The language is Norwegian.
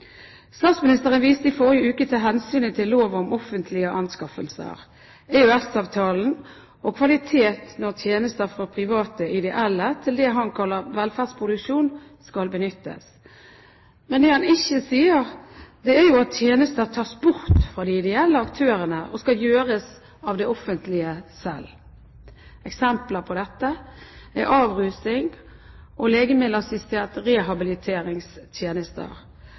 Statsministeren viste i forrige uke til hensynet til lov om offentlige anskaffelser, EØS-avtalen og kvalitet når tjenester fra private ideelle institusjoner til det han kaller «velferdsproduksjon» skal benyttes. Det han ikke sier, er at tjenester tas bort fra de ideelle aktørene og skal gjøres av det offentlige selv. Eksempler på dette er avrusing og